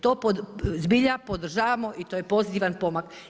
To zbilja podržavamo i to je pozitivan pomak.